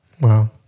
wow